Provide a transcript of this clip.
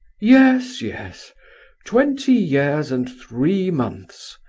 yes, yes twenty years and three months.